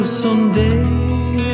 someday